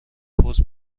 پست